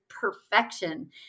perfection